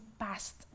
past